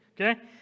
Okay